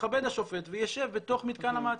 יתכבד השופט ויישב בתוך מתקן המעצר.